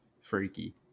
freaky